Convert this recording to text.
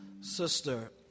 Sister